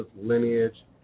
lineage